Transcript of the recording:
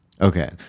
okay